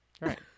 right